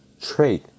trade